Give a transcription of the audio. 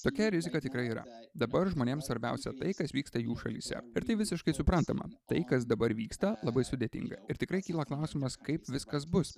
tokia rizika tikrai yra dabar žmonėms svarbiausia tai kas vyksta jų šalyse ir tai visiškai suprantama tai kas dabar vyksta labai sudėtinga ir tikrai kyla klausimas kaip viskas bus